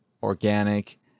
organic